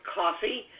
coffee